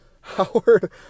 Howard